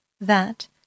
that